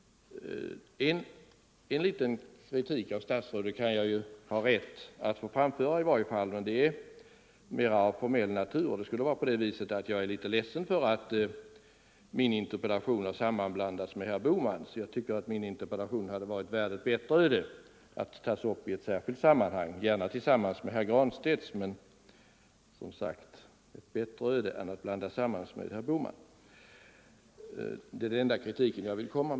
En kritisk synpunkt kan jag kanske ha rätt att framföra, och den är av mera formell natur. Det skulle vara att jag är litet ledsen för att min interpellation har sammanblandats med herr Bohmans. Jag tycker att min interpellation hade varit värd ett bättre öde och kunnat tas upp - Nr 137 i ett särskilt sammanhang, gärna tillsammans med herr Granstedts, och Fredagen den inte samtidigt som herr Bohmans. Det är den enda kritik jag vill framföra.